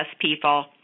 people